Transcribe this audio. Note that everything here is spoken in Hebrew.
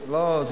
יותר.